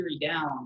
down